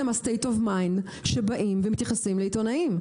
ה-State Of Mind שבאים ומתייחסים לעיתונאים.